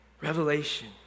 revelation